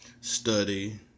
Study